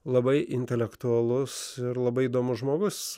labai intelektualus ir labai įdomus žmogus